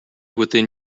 within